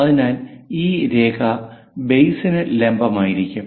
അതിനാൽ ഈ രേഖ ബേസ് ന് ലംബമായിരിക്കും